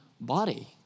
body